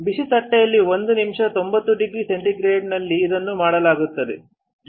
ಬಿಸಿ ತಟ್ಟೆಯಲ್ಲಿ 1 ನಿಮಿಷ 90 ಡಿಗ್ರಿ ಸೆಂಟಿಗ್ರೇಡ್ನಲ್ಲಿ ಇದನ್ನು ಮಾಡಲಾಗುತ್ತದೆ